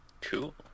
Cool